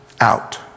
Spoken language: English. out